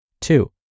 Two